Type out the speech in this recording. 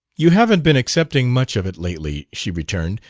you haven't been accepting much of it lately, she returned,